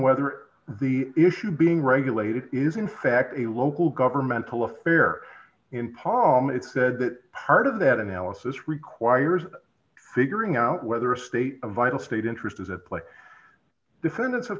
whether the issue being regulated is in fact a local governmental affair in palm it said that part of that analysis requires figuring out whether a state of vital state interest is at play defendants have